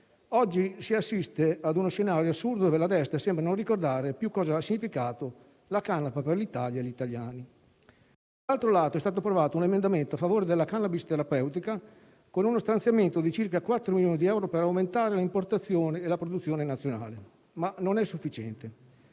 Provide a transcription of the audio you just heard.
Oggi si assiste a uno scenario assurdo della destra, che sembra non ricordare più cosa ha significato la canapa per l’Italia e gli italiani. Dall’altro lato, è stato approvato un emendamento a favore della cannabis terapeutica, con uno stanziamento di circa 4 milioni di euro per aumentare l’importazione e la produzione nazionale. Ciò non è però sufficiente.